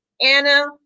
anna